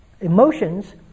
emotions